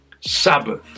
Sabbath